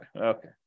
Okay